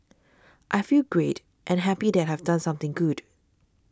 I feel great and happy that I have done something good